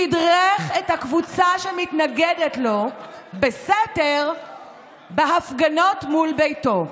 תדרך את הקבוצה שמתנגדת לו בסתר בהפגנות מול ביתו.